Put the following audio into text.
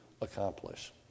accomplish